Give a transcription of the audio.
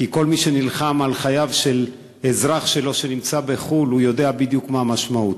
כי כל מי שנלחם על חייו של אזרח שלו שנמצא בחו"ל יודע בדיוק מה המשמעות.